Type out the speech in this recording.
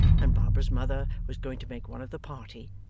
and barbara's mother was going to make one of the party,